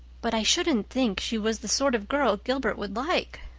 but i shouldn't think she was the sort of girl gilbert would like,